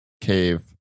cave